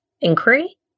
inquiry